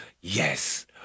Yes